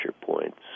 points